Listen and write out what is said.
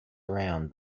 around